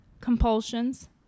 compulsions